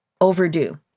overdue